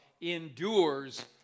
endures